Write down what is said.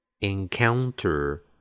Encounter